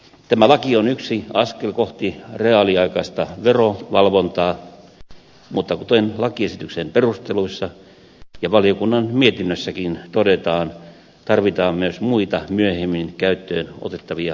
tämä laki on yksi askel kohti reaaliaikaista verovalvontaa mutta kuten lakiesityksen perusteluissa ja valiokunnan mietinnössäkin todetaan tarvitaan myös muita myöhemmin käyttöön otettavia keinoja